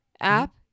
app